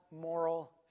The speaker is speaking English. moral